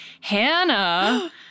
Hannah